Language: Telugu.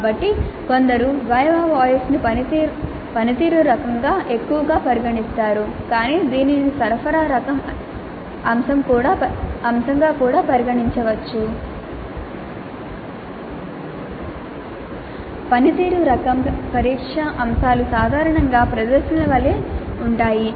కాబట్టి కొందరు వైవ్ వోస్ను పనితీరు రకంగా ఎక్కువగా పరిగణిస్తారు కాని దీనిని సరఫరా రకం అంశంగా కూడా పరిగణించవచ్చు పనితీరు రకం పరీక్ష అంశాలు సాధారణంగా ప్రదర్శనల వలె ఉంటాయి